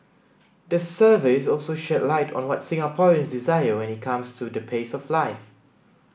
the survey also shed light on what Singaporeans desire when it comes to the pace of life